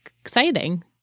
exciting